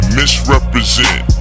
misrepresent